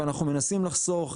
ואנחנו מנסים לחסוך.